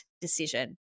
decision